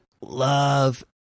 love